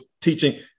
teaching